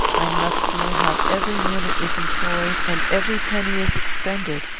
i must know how every minute is employed and every penny is expended,